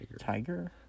Tiger